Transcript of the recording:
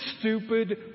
stupid